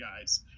guys